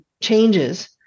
changes